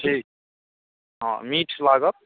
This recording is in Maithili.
जी हँ मिठ लागत